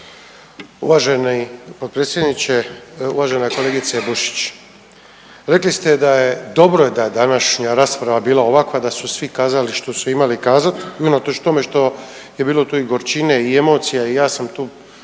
Uvaženi potpredsjedniče, uvažena kolegice Bušić. Rekli ste da je dobro da je današnja rasprava bila ovakva da su svi kazali što su imali kazati unatoč tome što je bilo tu i gorčine i emocija i ja sam tu